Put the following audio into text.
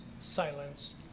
silence